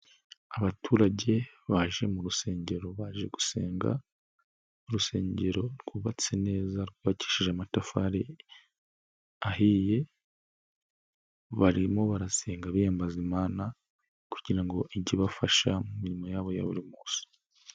Abaturage baje mu rusengero baje gusenga, urusengero rwubatse neza, rwakishije amatafari ahiye, barimo barasenga biyambaza imana kugira ngo ijye ibafasha mu mirimo yabo ya buri munsi.